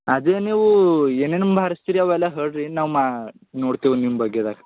ಅದೆ ನೀವು ಏನೇನಮ್ ಭಾರಸ್ತಿರಿ ಅವೆಲ್ಲ ಹಳ್ರಿ ನಾವು ಮಾ ನೋಡ್ತೆವು ನಿಮ್ಮ ಬಗ್ಗೆದಾಗ್